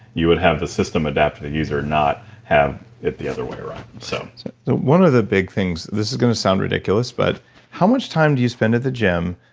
you would have the system adapt to the user not have it the other way around so one of the big things, this is going to sound ridiculous but how much time do you spend at the gym,